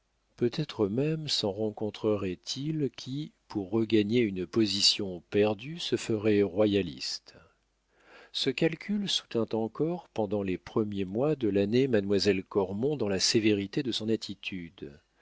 peut-être même s'en rencontrerait il qui pour regagner une position perdue se feraient royalistes ce calcul soutint encore pendant les premiers mois de l'année mademoiselle cormon dans la sévérité de son attitude